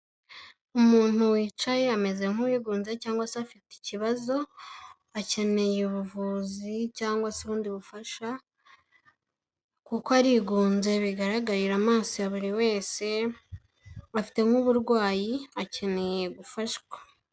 Umuntu wicaye ameze nk'uwigunze cyangwa se afite ikibazo, akeneye ubuvuzi cyangwa se ubundi bufasha, kuko arigunze bigaragarira amaso ya buri wese, afite nk'uburwayi akeneye gufashwa.